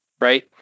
right